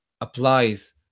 applies